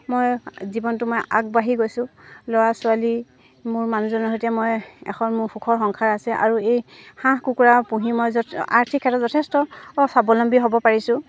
মই জীৱনটো মই আগবাঢ়ি গৈছোঁ ল'ৰা ছোৱালী মোৰ মানুহজনৰ সৈতে মই এখন মোৰ সুখৰ সংসাৰ আছে আৰু এই হাঁহ কুকুৰা পুহি মই য আৰ্থিক ক্ষেত্ৰত যথেষ্ট স্বাৱলম্বী হ'ব পাৰিছোঁ